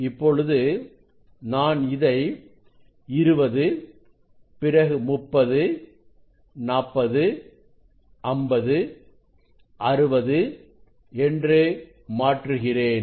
இப்பொழுது நான் இதை 20 பிறகு 30 40 50 60 என்று மாற்றுகிறேன்